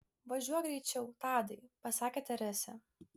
važiuok greičiau tadai pasakė teresė